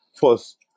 first